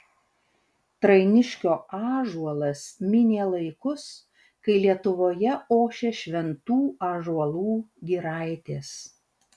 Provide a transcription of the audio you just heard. trainiškio ąžuolas minė laikus kai lietuvoje ošė šventų ąžuolų giraitės